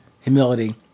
humility